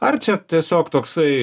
ar čia tiesiog toksai